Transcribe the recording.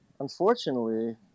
Unfortunately